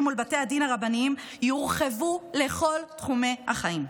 מול בתי הדין הרבניים יורחבו לכל תחומי החיים.